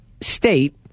state